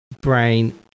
brain